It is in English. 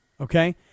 okay